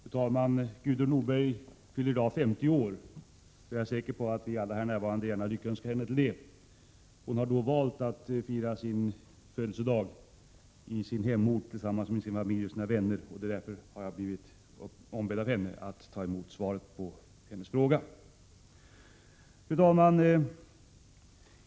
Fru talman! Gudrun Norberg fyller i dag 50 år. Jag är säker på att vi alla här närvarande lyckönskar henne. Hon har valt att fira sin födelsedag på hemorten tillsammans med sin familj och sina vänner. Därför har jag blivit ombedd att ta emot svaret på hennes fråga. Fru talman!